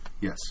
Yes